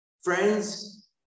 friends